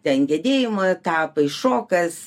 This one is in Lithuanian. ten gedėjimo etapai šokas